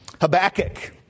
Habakkuk